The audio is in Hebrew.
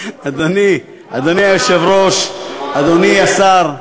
אדוני היושב-ראש, אדוני השר,